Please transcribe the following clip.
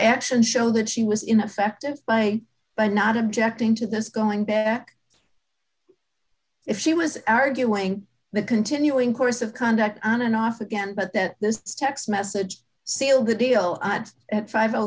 actions show that she was in effect and by by not objecting to this going back if she was our doing the continuing course of conduct on and off again but that this text message sealed the deal at five o